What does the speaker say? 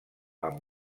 amb